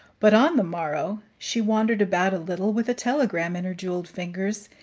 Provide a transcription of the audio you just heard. but on the morrow she wandered about a little, with a telegram in her jeweled fingers,